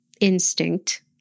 instinct